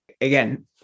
again